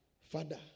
Father